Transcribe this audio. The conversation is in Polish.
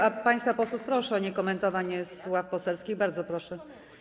A państwa posłów proszę o niekomentowanie z ław poselskich, bardzo proszę.